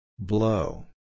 Blow